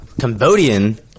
Cambodian